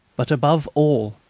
but, above all,